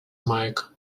mike